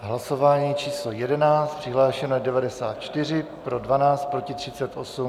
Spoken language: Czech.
V hlasování číslo 11 přihlášeno je 94, pro 12, proti 38.